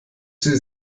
sie